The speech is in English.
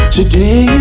Today